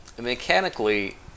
mechanically